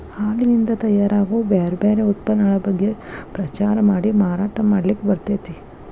ಹಾಲಿನಿಂದ ತಯಾರ್ ಆಗೋ ಬ್ಯಾರ್ ಬ್ಯಾರೆ ಉತ್ಪನ್ನಗಳ ಬಗ್ಗೆ ಪ್ರಚಾರ ಮಾಡಿ ಮಾರಾಟ ಮಾಡ್ಲಿಕ್ಕೆ ಬರ್ತೇತಿ